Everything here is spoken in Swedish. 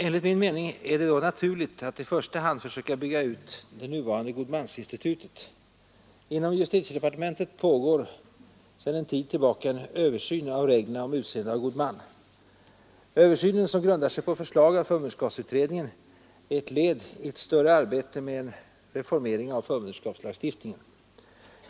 Enligt min mening är det därvid naturligt att i första hand försöka bygga ut det nuvarande godmansinstitutet. Inom justitiedepartementet pågår också sedan en tid tillbaka en översyn av reglerna om utseende av god man. Översynen, som grundar sig på förslag av förmynderskapsutredningen, är ett led i ett större arbete med en reformering av förmynderskapslagstiftningen.